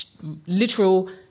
literal